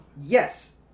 Yes